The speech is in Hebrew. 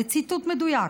זה ציטוט מדויק.